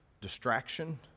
distraction